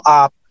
up